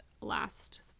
last